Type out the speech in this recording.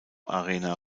arena